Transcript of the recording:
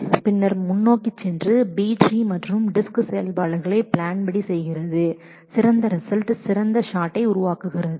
மற்றும் பின்னர் முன்னோக்கி சென்று B ட்ரீ மற்றும் டிஸ்க் செயல்பாடுகளை பிளான் படி செய்கிறது சிறந்த ரிசல்ட் சிறந்த ஷாட் உருவாக்குகிறது